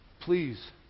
Please